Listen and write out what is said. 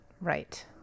right